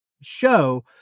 show